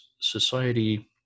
society